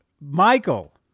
Michael